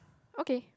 okay